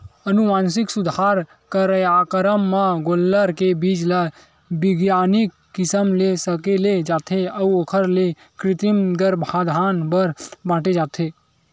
अनुवांसिक सुधार कारयकरम म गोल्लर के बीज ल बिग्यानिक किसम ले सकेले जाथे अउ ओखर ले कृतिम गरभधान बर बांटे जाथे